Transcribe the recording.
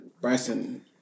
Bryson